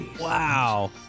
Wow